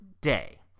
day